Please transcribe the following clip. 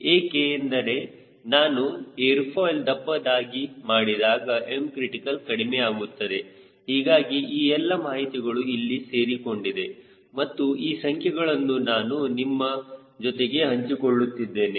ಏಕೆ ಏಕೆಂದರೆ ನಾನು ಏರ್ ಫಾಯ್ಲ್ ದಪ್ಪದಾಗಿ ಮಾಡಿದಾಗ Mಕ್ರಿಟಿಕಲ್ ಕಡಿಮೆ ಆಗುತ್ತದೆ ಹೀಗಾಗಿ ಈ ಎಲ್ಲ ಮಾಹಿತಿಗಳು ಇಲ್ಲಿ ಸೇರಿಕೊಂಡಿದೆ ಮತ್ತು ಈ ಸಂಖ್ಯೆಗಳನ್ನು ನಾನು ನಿಮ್ಮ ಜೊತೆಗೆ ಹಂಚಿಕೊಳ್ಳುತ್ತಿದ್ದೇನೆ